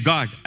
God